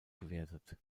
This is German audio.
gewertet